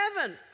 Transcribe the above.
heaven